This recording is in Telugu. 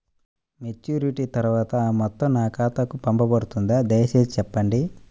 మెచ్యూరిటీ తర్వాత ఆ మొత్తం నా ఖాతాకు పంపబడుతుందా? దయచేసి చెప్పండి?